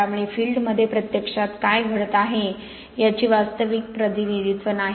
त्यामुळे फील्डमध्ये प्रत्यक्षात काय घडत आहे याचे वास्तविक प्रतिनिधित्व नाही